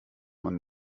man